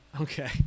Okay